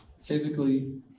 Physically